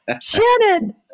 Shannon